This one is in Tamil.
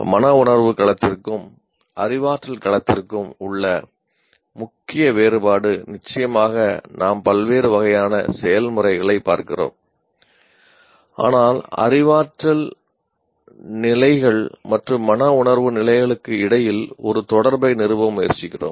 மனவுணர்வு களத்திற்கும் அறிவாற்றல் களத்திற்கும் உள்ள முக்கிய வேறுபாடு நிச்சயமாக நாம் பல்வேறு வகையான செயல்முறைகளைப் பார்க்கிறோம் ஆனால் அறிவாற்றல் நிலைகள் மற்றும் மனவுணர்வு நிலைகளுக்கு இடையில் ஒரு தொடர்பை நிறுவ முயற்சிக்கிறோம்